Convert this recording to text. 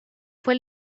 fue